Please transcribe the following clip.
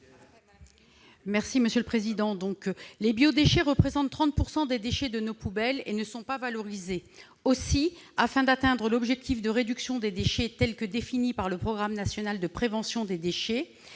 Mme Nicole Duranton. Les biodéchets représentent 30 % des déchets de nos poubelles et ne sont pas valorisés. Aussi, afin d'atteindre l'objectif de réduction des déchets tel que défini par le programme national de prévention des déchets